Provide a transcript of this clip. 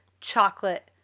chocolate